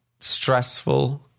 stressful